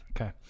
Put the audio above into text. okay